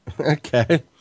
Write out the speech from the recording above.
Okay